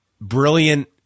brilliant